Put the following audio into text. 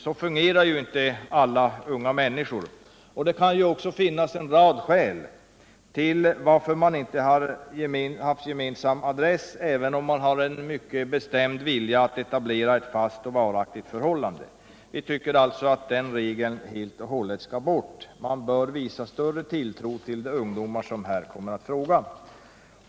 Så fungerar inte alla unga människor, och det kan också finnas en rad skäl till att två människor inte har haft gemensam adress även om de har en mycket bestämd vilja att etablera ett fast och varaktigt förhållande. Vi tycker alltså att den regeln helt och hållet skall bort. Man bör visa större tilltro till de ungdomar som här kommer i fråga.